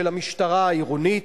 שבתור ראש עיר כדאי שישמע את הדברים: